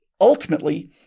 ultimately